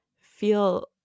feel